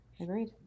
agreed